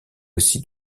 aussi